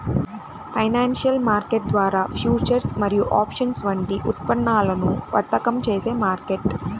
financial market ద్వారా futures మరియు options వంటి ఉత్పన్నాలను వర్తకం చేసే మార్కెట్